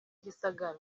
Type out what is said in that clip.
gisagara